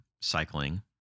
cycling